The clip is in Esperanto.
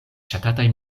ŝatataj